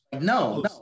no